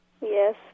Yes